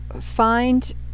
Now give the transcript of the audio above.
find